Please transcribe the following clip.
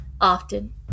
Often